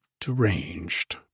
deranged